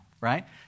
right